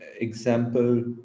example